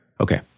Okay